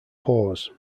pause